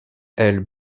elles